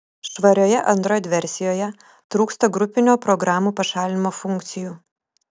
švarioje android versijoje trūksta grupinio programų pašalinimo funkcijų